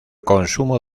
consumo